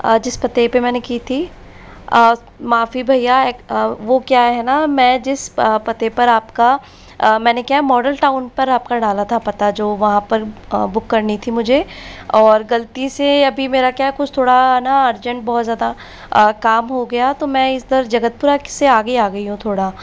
जिस पते पर मैंने की थी माफी भैया वह क्या है न मैं जिस पते पर आपका मैंने क्या मॉडल टाउन पर आपका डाला था पता जो वहाँ पर बुक करनी थी मुझे और गलती से अभी मेरा क्या है कुछ थोड़ा है न अर्जेंट बहुत ज़्यादा काम हो गया तो मै इधर जगतपुरा से आगे आ गई हूँ थोड़ा